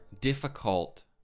difficult